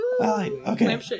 Okay